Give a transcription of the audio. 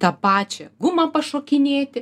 tą pačią gumą pašokinėti